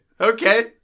Okay